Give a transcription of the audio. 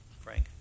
Frank